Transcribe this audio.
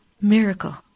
miracle